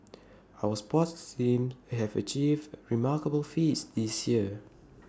our sports teams have achieved remarkable feats this year